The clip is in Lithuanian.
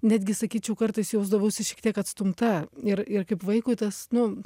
netgi sakyčiau kartais jausdavausi šiek tiek atstumta ir ir kaip vaikui tas nu